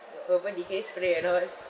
the Urban Decay spray and all